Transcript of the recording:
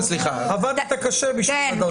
עבדת קשה בשביל הדרגה הזאת, נכון?